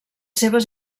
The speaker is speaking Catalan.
seves